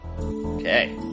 Okay